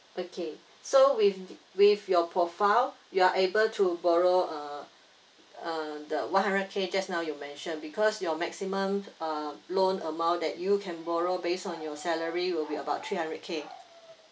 okay so with with your profile you are able to borrow uh uh the one hundred K just now you mention because your maximum uh loan amount that you can borrow base on your salary will be about three hundred K